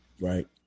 right